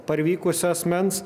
parvykusio asmens